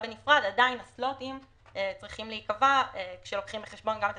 הסלוטים צריכים לקחת בחשבון גם את